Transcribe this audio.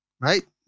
right